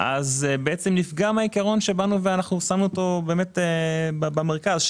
נפגם העיקרון ששמנו במרכז,